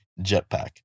Jetpack